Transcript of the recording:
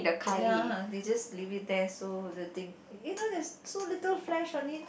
ya they just leave it there so the thing you know there so little flesh on it